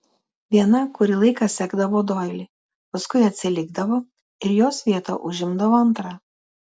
viena kurį laiką sekdavo doilį paskui atsilikdavo ir jos vietą užimdavo antra